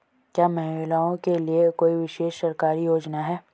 क्या महिलाओं के लिए कोई विशेष सरकारी योजना है?